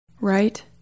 right